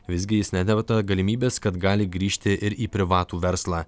visgi jis neatmeta galimybės kad gali grįžti ir į privatų verslą